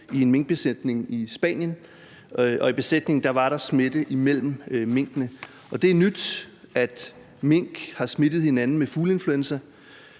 i en minkbesætning i Spanien, og i besætningen var der smitte mellem minkene. Det er nyt, at mink har smittet hinanden med fugleinfluenza.